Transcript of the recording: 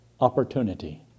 opportunity